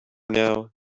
now